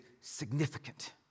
significant